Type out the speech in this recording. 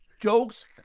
jokes